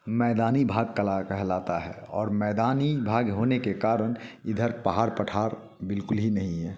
मैदानी भाग कहलाता है और मैदानी भाग होने के कारण इधर पहाड़ पठार बिल्कुल ही नहीं है